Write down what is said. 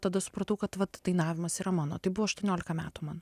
tada supratau kad vat dainavimas yra mano tai buvo aštuoniolika metų man